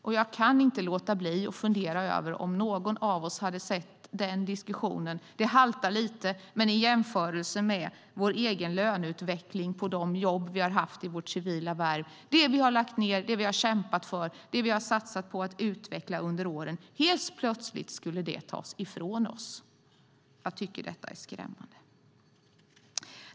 Även om det haltar lite kan jag inte låta bli att jämföra med vår egen löneutveckling i de jobb vi har haft i vårt civila värv. Det vi har kämpat för och satsat på att utveckla under åren skulle helt plötsligt tas ifrån oss. Jag tycker att detta är skrämmande.